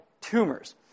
tumors